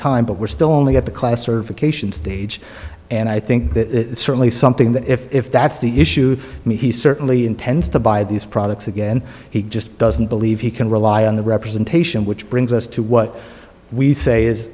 time but we're still only at the class survey cation stage and i think that certainly something that if that's the issue to me he certainly intends to buy these products again he just doesn't believe he can rely on the representation which brings us to what we say